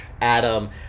Adam